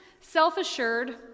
self-assured